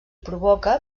provoca